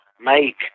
make